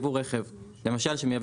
אבל אתה מוסיף